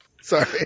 Sorry